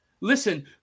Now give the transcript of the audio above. Listen